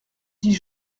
dix